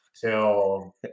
till